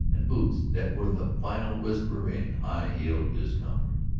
and boots that were the final whisper in high-heeled discomfort.